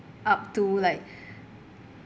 up to like